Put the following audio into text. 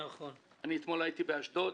אתמול הייתי באשדוד,